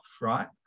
right